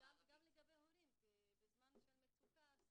גם לגבי הורים, כי בזמן מצוקה זה